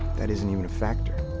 that isn't even a factor.